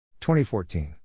2014